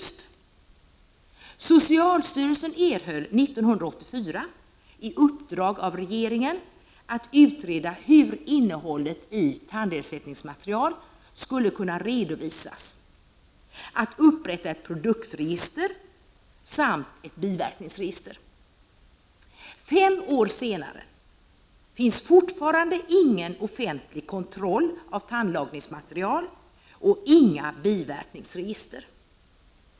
Socialstyrelsen erhöll 1984 i uppdrag av regeringen att utreda hur innehållet i tandersättningsmaterial skulle kunna redovisas samt att upprätta ett produktregister och ett biverkningsregister. Fem år senare finns fortfarande ingen offentlig kontroll av tandlagningsmaterial och inget biverkningsregister.